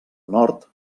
nord